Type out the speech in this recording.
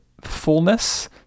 fullness